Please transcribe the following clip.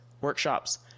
workshops